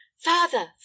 father